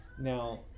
Now